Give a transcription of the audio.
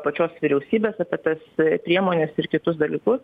pačios vyriausybės apie tas priemones ir kitus dalykus